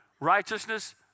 Righteousness